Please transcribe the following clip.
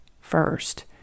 first